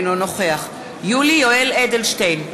אינו נוכח יולי יואל אדלשטיין,